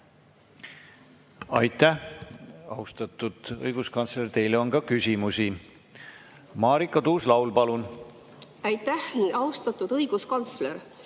Aitäh, austatud õiguskantsler! Teile on ka küsimusi. Marika Tuus-Laul, palun! Aitäh, austatud õiguskantsler!